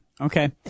okay